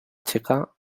checa